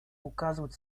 указывают